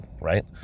right